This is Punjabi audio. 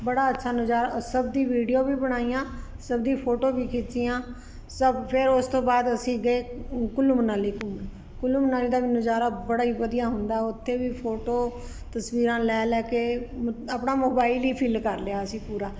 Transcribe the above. ਬੜਾ ਅੱਛਾ ਨਜ਼ਾਰਾ ਓ ਸਭ ਦੀ ਵੀਡੀਓ ਵੀ ਬਣਾਈਆਂ ਸਭ ਦੀ ਫ਼ੋਟੋ ਵੀ ਖਿੱਚੀਆਂ ਸਭ ਫੇਰ ਉਸ ਤੋਂ ਬਾਅਦ ਅਸੀਂ ਗਏ ਕੁੱਲੂ ਮਨਾਲੀ ਘੁੰਮਣ ਕੁੱਲੂ ਮਨਾਲੀ ਦਾ ਵੀ ਨਜਾਰਾ ਬੜਾ ਹੀ ਵਧੀਆ ਹੁੰਦਾ ਓਥੇ ਵੀ ਫ਼ੋਟੋ ਤਸਵੀਰਾਂ ਲੈ ਲੈ ਕੇ ਆਪਣਾ ਮੋਬਾਈਲ ਹੀ ਫਿੱਲ ਕਰ ਲਿਆ ਅਸੀਂ ਪੂਰਾ